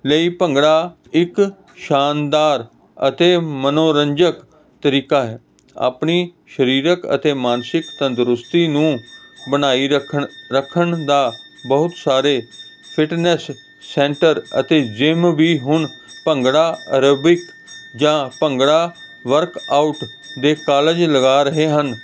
ਲਈ ਭੰਗੜਾ ਇੱਕ ਸ਼ਾਨਦਾਰ ਅਤੇ ਮਨੋਰੰਜਕ ਤਰੀਕਾ ਹੈ ਆਪਣੀ ਸਰੀਰਕ ਅਤੇ ਮਾਨਸਿਕ ਤੰਦਰੁਸਤੀ ਨੂੰ ਬਣਾਈ ਰੱਖਣ ਰੱਖਣ ਦਾ ਬਹੁਤ ਸਾਰੇ ਫਿਟਨੈਸ ਸੈਂਟਰ ਅਤੇ ਜਿਮ ਵੀ ਹੁਣ ਭੰਗੜਾ ਅਰੋਬਿਕ ਜਾਂ ਭੰਗੜਾ ਵਰਕ ਆਊਟ ਦੇ ਕਾਲਜ ਲਗਾ ਰਹੇ ਹਨ